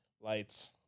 Lights